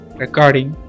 recording